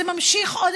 זה ממשיך עוד,